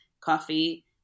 coffee